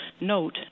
Note